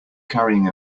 carrying